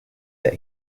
that